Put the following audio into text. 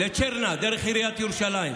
לצ'רנה, דרך עיריית ירושלים.